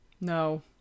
No